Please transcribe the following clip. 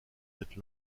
cette